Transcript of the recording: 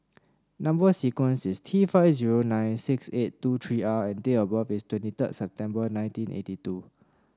number sequence is T five zero nine six eight two three R and date of birth is twenty third September nineteen eighty two